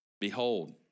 Behold